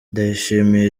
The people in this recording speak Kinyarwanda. ndayishimiye